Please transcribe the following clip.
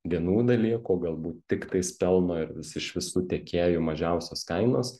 vienų dalykų o galbūt tiktais pelno ir vis iš visų tiekėjų mažiausios kainos